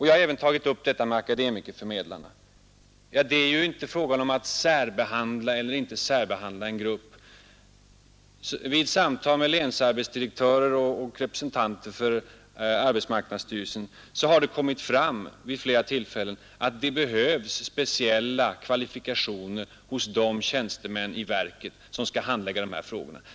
Jag har också tagit upp frågan om akademikerförmedlarna, Där är det inte fråga om att särbehandla eller icke särbehandla en grupp, men vid samtal med länsarbetsdirektörer och representanter för arbetsmarknads styrelsen har det vid flera tillfällen framkommit att det behövs speciella kvalifikationer hos de tjänstemän i verket som skall handlägga akademikerfrågorna.